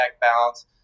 balance